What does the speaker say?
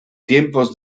tiempos